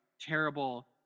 terrible